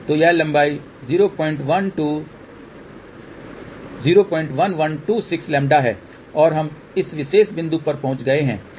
तो यह लंबाई 01126λ है और हम इस विशेष बिंदु पर पहुंच गए हैं